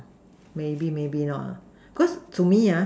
maybe maybe not ah because to me ah